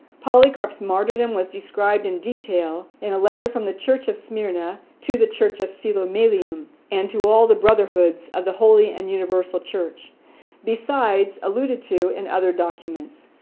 polycarp's martyrdom was described in detail in a letter from the church of smyrna, to the church of philomelium and to all the brotherhoods of the holy and universal church besides alluded to in other documents.